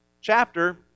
chapter